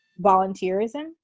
volunteerism